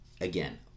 Again